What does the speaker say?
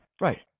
Right